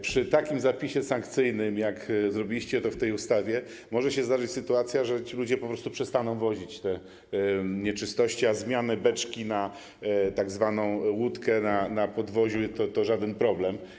Przy takim zapisie sankcyjnym, w przypadku tego, jak zrobiliście to w tej ustawie, może się zdarzyć sytuacja, że ci ludzie po prostu przestaną wozić te nieczystości, a zmiana beczki na tzw. łódkę, na podwoziu, to żaden problem.